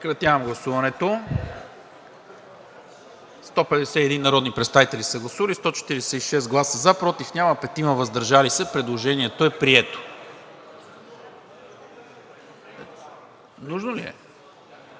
Нужно ли е?